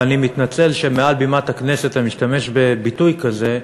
ואני מתנצל שמעל בימת הכנסת אני משתמש בביטוי כזה,